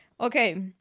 Okay